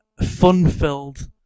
fun-filled